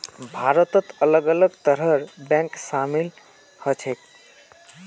भारतत अलग अलग तरहर बैंक शामिल ह छेक